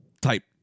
type